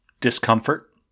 discomfort